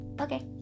Okay